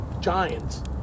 giants